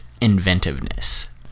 inventiveness